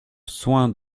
soins